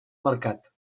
mercat